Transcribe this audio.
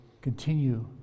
continue